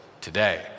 today